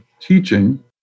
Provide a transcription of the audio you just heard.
teaching